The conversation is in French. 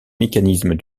mécanismes